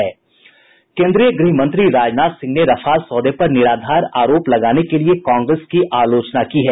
केन्द्रीय गृह मंत्री राजनाथ सिंह ने रफाल सौदे पर निराधार आरोप लगाने के लिए कांग्रेस की आलोचना की है